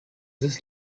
this